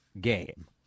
game